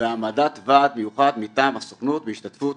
והעמדת ועד מיוחד מטעם הסוכנות בהשתתפות